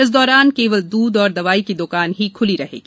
इस दौरान केवल दूध और दवाई की दुकान ही खुली रहेंगी